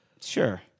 Sure